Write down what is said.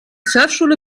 surfschule